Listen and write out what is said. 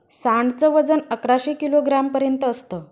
सांड च वजन अकराशे किलोग्राम पर्यंत असत